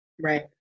Right